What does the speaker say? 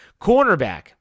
Cornerback